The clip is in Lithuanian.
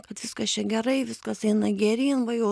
kad viskas čia gerai viskas eina geryn va jau